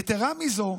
יתרה מזו,